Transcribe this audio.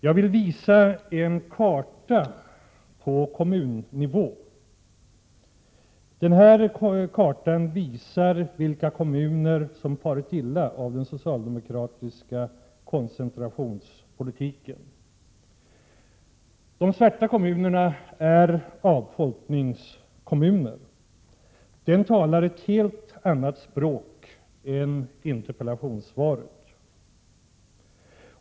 Jag har en karta över kommunnivån, och den visar vilka kommuner som har farit illa av den socialdemokratiska koncentrationspolitiken. På kartan har avfolkningskommunerna markerats, och de är mycket dominerande. Kartan talar ett helt annat språk än interpellationssvaret.